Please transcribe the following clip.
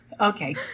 Okay